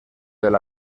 del